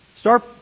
Start